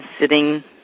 sitting